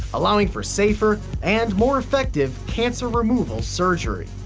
allowing for safer and more effective cancer-removal surgery.